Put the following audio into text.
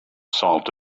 salt